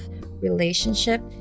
relationship